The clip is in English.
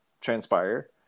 transpire